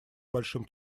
большим